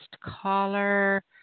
caller